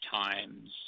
times